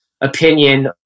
opinion